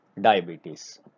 diabetes